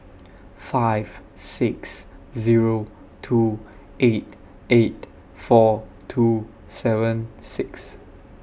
five six Zero two eight eight four two seven six